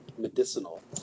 medicinal